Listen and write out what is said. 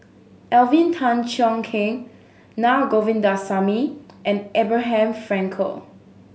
Alvin Tan Cheong Kheng Naa Govindasamy and Abraham Frankel